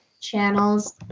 channels